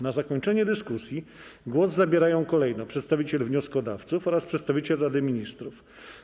Na zakończenie dyskusji głos zabierają kolejno przedstawiciel wnioskodawców oraz przedstawiciel Rady Ministrów.